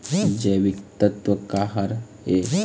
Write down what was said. जैविकतत्व का हर ए?